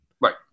Right